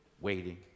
waiting